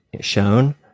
shown